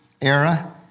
era